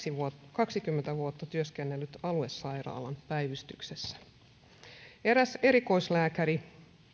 kaksikymmentä vuotta työskennellyt aluesairaalan päivystyksessä eräs erikoislääkäri